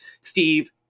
Steve